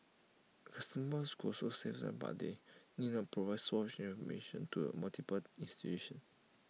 customers could also save time as they need not provide the same information to multiple institutions